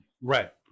Right